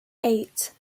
eight